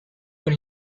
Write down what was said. con